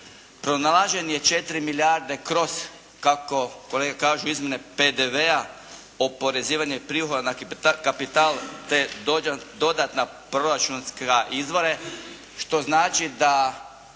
pronalaženje 4 milijarde kroz kako kolega kaže izmjene PDV-a, oporezivanje prihoda na kapital te dodatna proračunska izvore što znači da